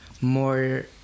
more